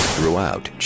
Throughout